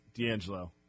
D'Angelo